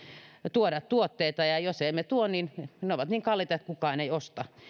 tuoda tuotteita ja jos emme tuo niin ne ne ovat niin kalliita että kukaan ei osta